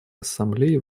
ассамблеи